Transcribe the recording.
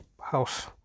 house